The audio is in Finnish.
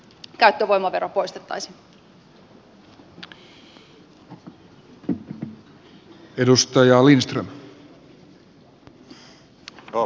arvoisa herra puhemies